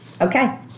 Okay